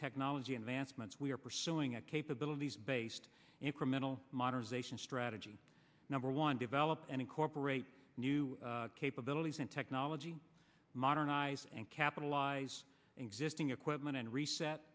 technology advancements we are pursuing a capabilities based incremental modernization strategy number one develop and incorporate new capabilities and technology modernize and capitalize existing equipment and reset